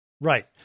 Right